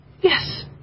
Yes